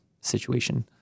situation